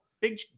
Big